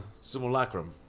simulacrum